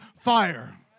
fire